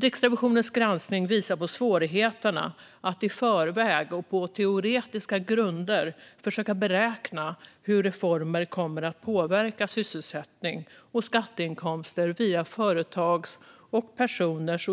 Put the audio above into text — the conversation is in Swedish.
Riksrevisionens granskning visar på svårigheterna att i förväg och på teoretiska grunder försöka beräkna hur reformer kommer att påverka sysselsättning och skatteinkomster via företags och